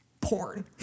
porn